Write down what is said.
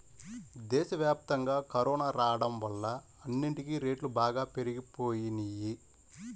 దేశవ్యాప్తంగా కరోనా రాడం వల్ల అన్నిటికీ రేట్లు బాగా పెరిగిపోయినియ్యి